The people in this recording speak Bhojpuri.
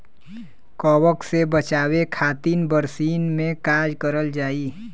कवक से बचावे खातिन बरसीन मे का करल जाई?